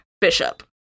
Bishop